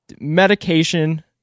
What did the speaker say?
medication